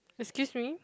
excuse me